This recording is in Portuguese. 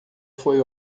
foi